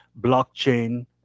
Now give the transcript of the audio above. blockchain